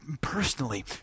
personally